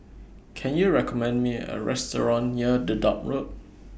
Can YOU recommend Me A Restaurant near Dedap Road